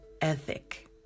ethic